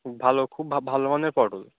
খুব ভালো খুব ভালো মানের পটল